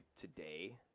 today